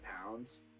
pounds